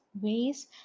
ways